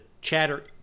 chatter